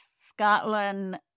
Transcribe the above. Scotland